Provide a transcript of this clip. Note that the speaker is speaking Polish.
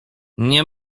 nie